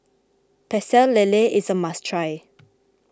Pecel Lele is a must try